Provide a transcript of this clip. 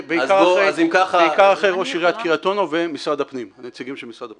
בעיקר אחרי ראש עיריית קרית אונו והנציגים של משרד הפנים.